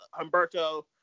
Humberto